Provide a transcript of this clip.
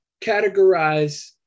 categorize